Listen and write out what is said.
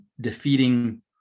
defeating